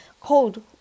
Cold